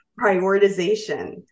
prioritization